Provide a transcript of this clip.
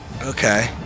Okay